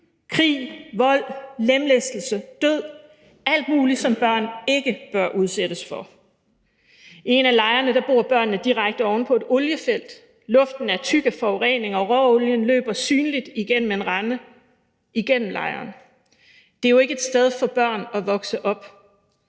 krig, vold, lemlæstelse, død – alt muligt, som børn ikke bør udsættes for. I en af lejrene bor børnene direkte oven på et oliefelt, luften er tyk af forurening, og råolien løber synligt igennem en rende igennem lejren. Det er jo ikke et sted for børn at vokse op.